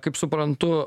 kaip suprantu